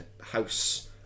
house